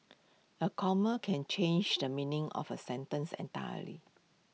A comma can change the meaning of A sentence entirely